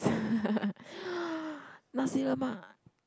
nasi lemak